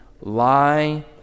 lie